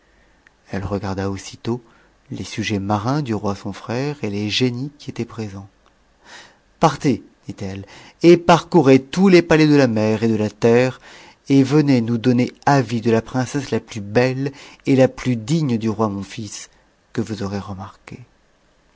elle regarda aussitôt les sujets marins du roi son frère et génies qui étaient présents partez dit-elle et parcourez tous les palais de la mer et de la terre et venez nous donner avis de la princesse plus belle et la plus digne du roi mon sis que vous aurez